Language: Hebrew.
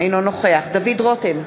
אינו נוכח דוד רותם,